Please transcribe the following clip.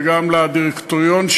וגם לדירקטוריון,